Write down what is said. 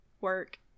work